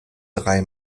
drei